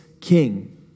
king